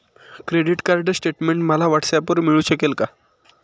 Credit card statement मला व्हॉट्सऍपवर मिळू शकेल का?